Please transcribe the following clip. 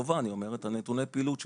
אני אומר את זה לטובה, את נתוני הפעילות שלו.